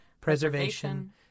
preservation